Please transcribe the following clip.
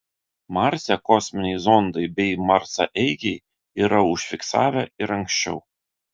marse kosminiai zondai bei marsaeigiai yra užfiksavę ir anksčiau